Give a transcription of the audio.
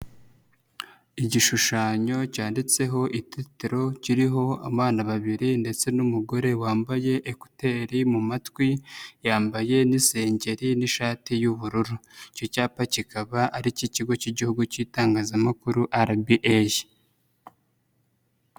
Igishushanyo cyanditseho itetero kiriho abana babiri ndetse n'umugore wambaye ekuteri mu matwi, yambaye n'isengeri n'ishati y'ubururu, icyo cyapa kikaba ariyikigo cy'Igihugu cy'itangaza makuru RBA.